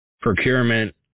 procurement